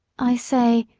i say,